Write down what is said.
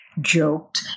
joked